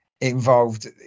involved